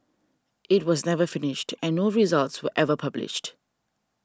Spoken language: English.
it was never finished and no results were ever published